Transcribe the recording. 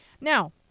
Now